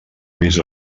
més